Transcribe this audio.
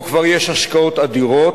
פה כבר יש השקעות אדירות,